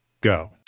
go